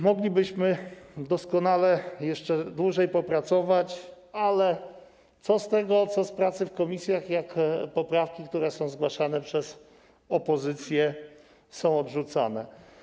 Moglibyśmy doskonale jeszcze dłużej popracować, ale co z tego, co z pracy w komisjach, jak poprawki, które są zgłaszane przez opozycję, są odrzucane.